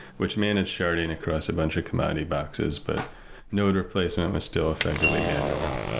which managed sharding across a bunch of commodity boxes, but node replacement was still effectively manual.